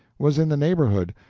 was in the neighborhood,